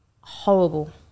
horrible